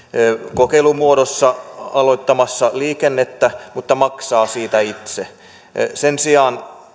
kokeilumuodossa aloittaa liikennettä mutta maksaa siitä itse sen sijaan